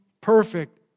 perfect